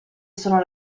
sono